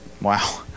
wow